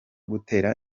gutera